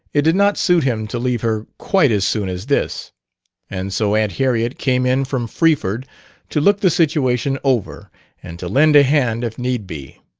it did not suit him to leave her quite as soon as this and so aunt harriet came in from freeford to look the situation over and to lend a hand if need be.